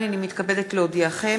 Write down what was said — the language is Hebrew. אני מתכבדת להודיעכם,